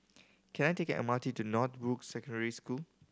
can I take M R T to Northbrooks Secondary School